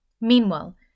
Meanwhile